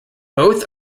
both